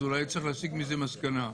אז אולי צריך להסיק מזה מסקנה.